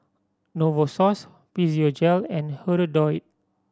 Novosource Physiogel and Hirudoid